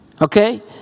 Okay